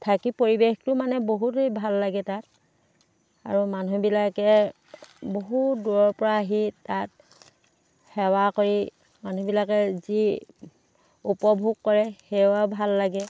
থাকি পৰিৱেশটো মানে বহুতেই ভাল লাগে তাত আৰু মানুহবিলাকে বহু দূৰৰ পৰা আহি তাত সেৱা কৰি মানুহবিলাকে যি উপভোগ কৰে সেইয়াও ভাল লাগে